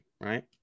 right